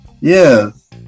Yes